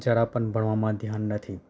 જરાં પણ ભણવામાં ધ્યાન નથી